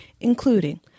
including